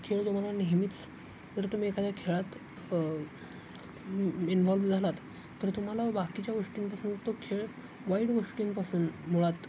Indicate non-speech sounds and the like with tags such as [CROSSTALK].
खेळ तुम्हाला नेहमीच जर तुम्ही एखाद्या खेळात [UNINTELLIGIBLE] इनव्हॉल्व झालात तर तुम्हाला बाकीच्या गोष्टींपासून तो खेळ वाईट गोष्टींपासून मुळात